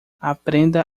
aprenda